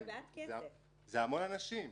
זה המון אנשים.